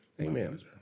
Amen